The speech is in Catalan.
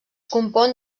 compon